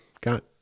got